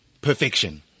perfection